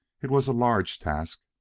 it was a large task,